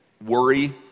Worry